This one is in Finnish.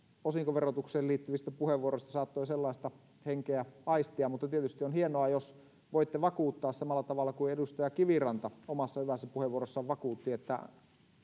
osinkoverotukseen liittyvistä puheenvuoroista saattoi sellaista henkeä aistia mutta tietysti on hienoa jos voitte vakuuttaa samalla tavalla kuin edustaja kiviranta omassa hyvässä puheenvuorossaan vakuutti että